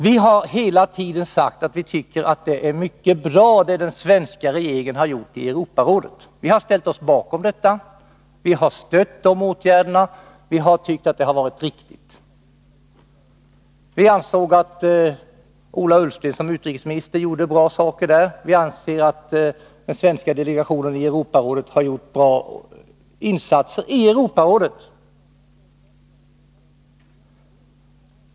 Vi har hela tiden sagt att vi tycker att det som den svenska regeringen har gjort i Europarådet är mycket bra. Vi har ställt oss bakom och stött de åtgärderna, som vi har tyckt varit riktiga. Vi ansåg att Ola Ullsten som utrikesminister gjorde bra saker. Vi anser att den svenska delegationen har gjort bra insatser i Europarådet.